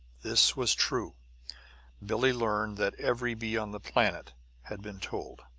this was true billie learned that every bee on the planet had been told.